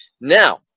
now